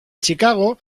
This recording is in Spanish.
chicago